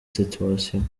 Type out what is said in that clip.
situation